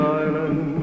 island